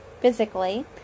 physically